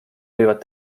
võivad